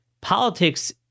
politics